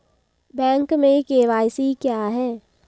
Bank में KYC क्या है?